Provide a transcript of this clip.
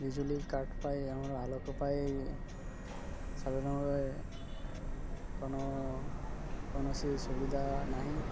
ବିଜୁଳି କାଟ୍ ପାଇଁ ଆମର ଆଲୋକ ପାଇଁ ସାଧାରଣ ଭାବେ କ'ଣ କୌଣସି ସୁବିଧା ନାହିଁ